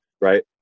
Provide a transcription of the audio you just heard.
right